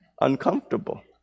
uncomfortable